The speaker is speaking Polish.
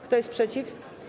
Kto jest przeciw?